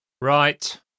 Right